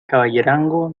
caballerango